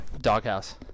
Doghouse